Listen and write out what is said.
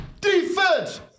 Defense